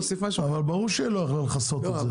אבל ברור שהיא לא יכלה לכסות את זה.